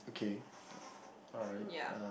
okay alright uh